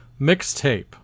mixtape